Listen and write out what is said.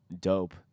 dope